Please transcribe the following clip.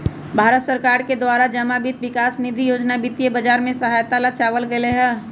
भारत सरकार के द्वारा जमा वित्त विकास निधि योजना वित्तीय बाजार के सहायता ला चलावल गयले हल